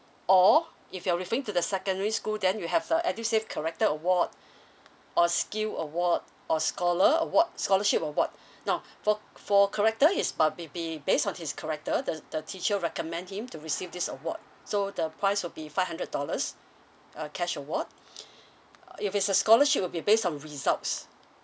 or if you're referring to the secondary school then you have the EDUSAVE character award or skill award or scholar award scholarship award now for for character his ba~ be be based on his character the the teacher recommend him to receive this award so the price will be five hundred dollars uh cash award uh if it's a scholarship it will be based on results